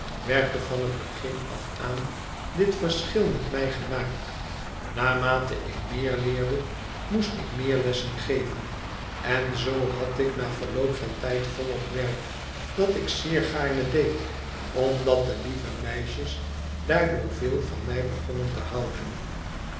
er van het begin af aan dit verschil met mij gemaakt naarmate ik meer leerde moest ik meer lessen geven en zoo had ik na verloop van tijd volop werk dat ik zeer gaarne deed omdat de lieve meisjes daardoor veel van mij begonnen te houden